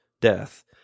death